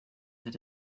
had